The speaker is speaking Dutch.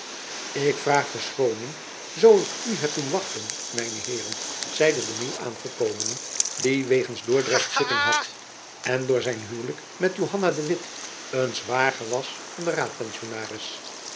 ik vraag verschooning zoo ik u heb doen wachten mijne heeren zeide de nieuw aangekomene die wegens dordrecht zitting had en door zijn huwlijk met johanna de witt een zwager was van den raadpensionaris